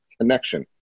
connection